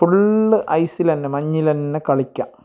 full ഐസിലന്നെ മഞ്ഞിലന്നെ കളിക്കാം